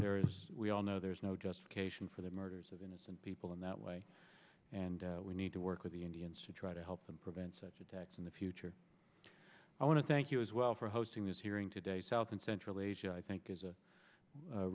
there is we all know there is no justification for the murders of innocent people in that way and we need to work with the indians to try to help them prevent such attacks in the future i want to thank you as well for hosting this hearing today south and central i think is a